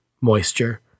moisture